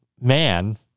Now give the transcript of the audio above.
man